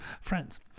friends